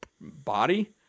body